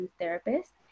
therapist